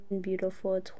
beautiful